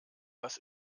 was